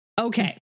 okay